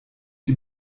die